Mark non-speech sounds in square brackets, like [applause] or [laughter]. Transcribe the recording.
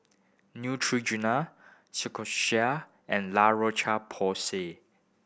Neutrogena [unintelligible] and La Roche Porsay